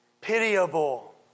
pitiable